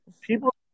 People